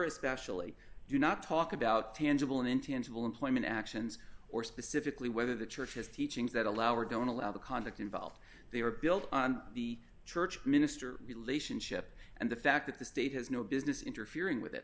especially do not talk about tangible and intangible employment actions or specifically whether the church's teachings that allow or don't allow the conduct involved they are built on the church minister relationship and the fact that the state has no business interfering with it